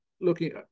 looking